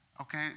Okay